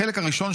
החלק הראשון,